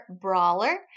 brawler